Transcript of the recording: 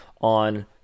on